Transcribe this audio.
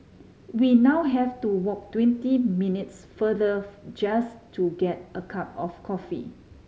we now have to walk twenty minutes farther just to get a cup of coffee